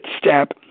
step